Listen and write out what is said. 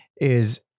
is-